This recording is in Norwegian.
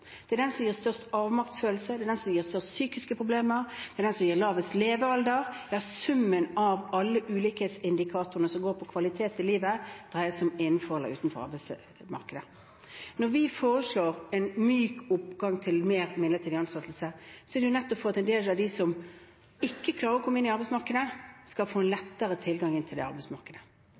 Det er det som gir størst avmaktsfølelse, det er det som gir de største psykiske problemer, det er det som gir lavest levealder. Ja, summen av alle ulikhetsindikatorer som går på kvalitet i livet, dreier seg om innenfor eller utenfor arbeidsmarkedet. Når vi foreslår en myk overgang til mer midlertidige ansettelser, er det nettopp fordi en del av dem som ikke klarer å komme inn i arbeidsmarkedet, skal få lettere tilgang inn i arbeidsmarkedet,